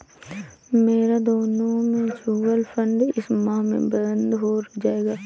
मेरा दोनों mutual fund इस माह में बंद हो जायेगा